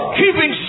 keeping